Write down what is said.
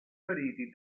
feriti